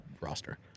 roster